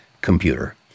Computer